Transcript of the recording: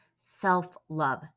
self-love